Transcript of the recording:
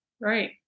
right